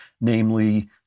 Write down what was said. namely